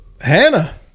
Hannah